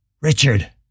Richard